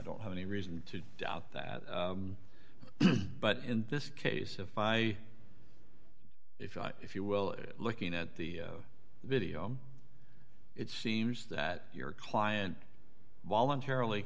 don't have any reason to doubt that but in this case of by if you if you will looking at the video it seems that your client voluntarily